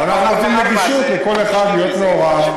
ואנחנו נותנים נגישות לכל אחד להיות מעורב,